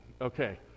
Okay